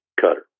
Cutter